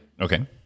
Okay